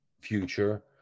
future